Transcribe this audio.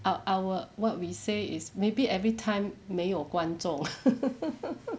our our what we say is maybe everytime 没有观众